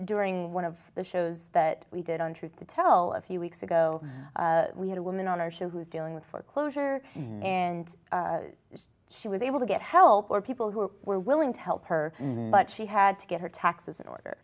during one of the shows that we did on truth to tell a few weeks ago we had a woman on our show who is dealing with foreclosure and she was able to get help for people who were willing to help her but she had to get her taxes in order